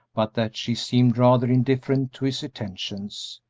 but that she seemed rather indifferent to his attentions.